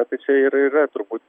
na tai čia ir yra turbūt